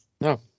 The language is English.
No